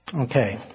Okay